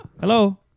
Hello